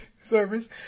service